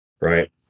right